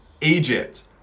Egypt